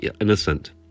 innocent